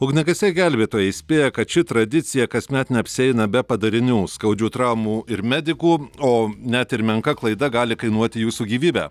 ugniagesiai gelbėtojai įspėja kad ši tradicija kasmet neapsieina be padarinių skaudžių traumų ir medikų o net ir menka klaida gali kainuoti jūsų gyvybę